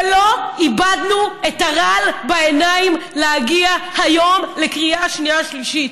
ולא איבדנו את הרעל בעיניים להגיע היום לקריאה שנייה ושלישית.